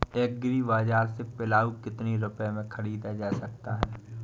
Agree बाजार से पिलाऊ कितनी रुपये में ख़रीदा जा सकता है?